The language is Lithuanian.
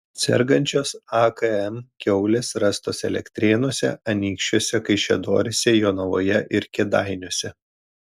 sergančios akm kiaulės rastos elektrėnuose anykščiuose kaišiadoryse jonavoje ir kėdainiuose